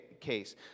case